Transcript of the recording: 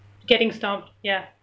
getting stomped ya